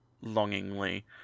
longingly